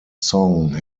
song